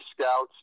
scouts